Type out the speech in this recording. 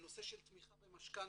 הנושא של תמיכה במשכנתה,